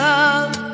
Love